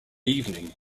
evening